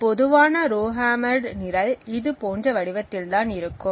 ஒரு பொதுவான ரோஹம்மேர்டு நிரல் இது போன்ற வடிவத்தில் தான் இருக்கும்